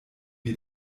wir